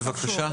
בבקשה.